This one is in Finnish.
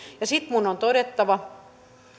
sitten minun on todettava